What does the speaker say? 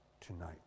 tonight